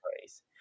place